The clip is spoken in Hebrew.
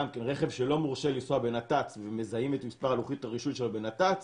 רכב שלא מורשה לנסוע בנת"צ ומזהים את מספר לוחית הזיהוי שלו בנת"צ